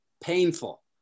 painful